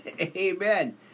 Amen